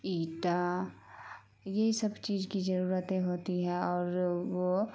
ایٹا یہی سب چیز کی ضرورتے ہوتی ہے اور وہ